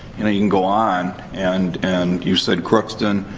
and you can go on. and and you said crookston.